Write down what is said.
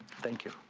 thank you